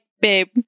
babe